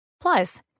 Plus